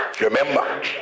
Remember